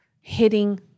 hitting